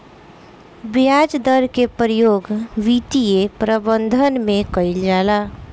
ब्याज दर के प्रयोग वित्तीय प्रबंधन में कईल जाला